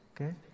Okay